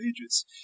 pages